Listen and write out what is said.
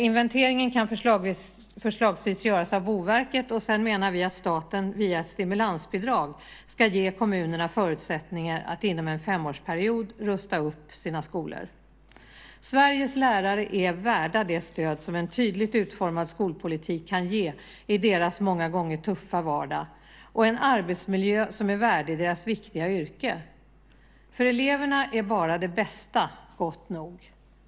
Inventeringen kan förslagsvis göras av Boverket, och vi menar att staten sedan via ett stimulansbidrag ska ge kommunerna förutsättningar att inom en femårsperiod rusta upp sina skolor. Sveriges lärare är värda det stöd som en tydligt utformad skolpolitik kan ge i deras många gånger tuffa vardag och en arbetsmiljö som är värdig deras viktiga yrke. För eleverna är bara det bästa gott nog.